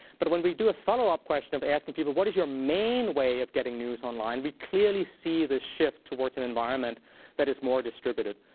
but when we do a follow-up question of asking people, what is your main way of getting news online, we clearly see this shift towards an environment that is more distributed.